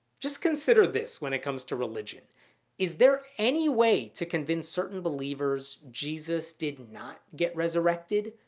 just consider this when it comes to religion is there any way to convince certain believers jesus did not get resurrected?